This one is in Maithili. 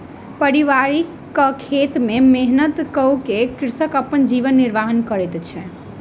पारिवारिक खेत में मेहनत कअ के कृषक अपन जीवन निर्वाह करैत अछि